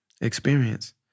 experience